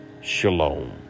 Shalom